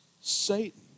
Satan